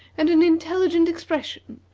and an intelligent expression,